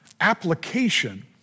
application